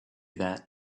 that